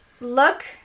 look